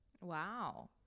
Wow